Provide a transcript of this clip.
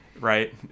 right